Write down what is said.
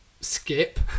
skip